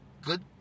Good